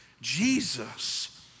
Jesus